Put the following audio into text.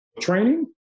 training